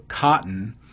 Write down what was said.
cotton